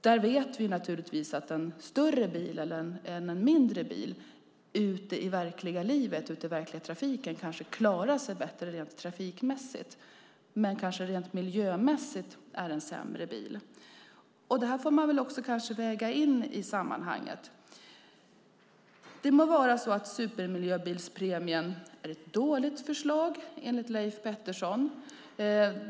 Vi vet att en större bil ute i den verkliga trafiken kanske klarar sig bättre rent trafikmässigt än en mindre bil, men rent miljömässigt är en sämre bil. Det här får man väl väga in i sammanhanget. Det må vara så att supermiljöbilspremien är ett dåligt förslag enligt Leif Pettersson.